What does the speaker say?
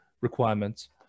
requirements